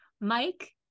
mike